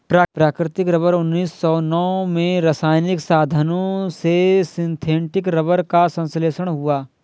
प्राकृतिक रबर उन्नीस सौ नौ में रासायनिक साधनों से सिंथेटिक रबर का संश्लेषण हुआ